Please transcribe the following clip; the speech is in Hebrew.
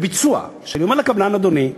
ואומר לקבלן: אדוני,